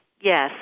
Yes